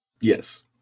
Yes